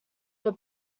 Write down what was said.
were